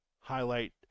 highlight